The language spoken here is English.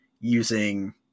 using